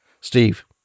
Steve